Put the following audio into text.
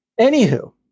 anywho